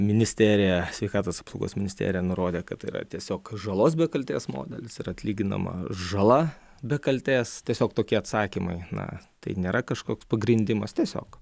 ministerija sveikatos apsaugos ministerija nurodė kad yra tiesiog žalos be kaltės modelis ir atlyginama žala be kaltės tiesiog tokie atsakymai na tai nėra kažkoks pagrindimas tiesiog